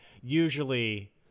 usually